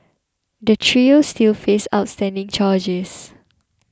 the trio still face outstanding charges